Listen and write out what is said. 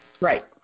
Right